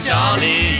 Johnny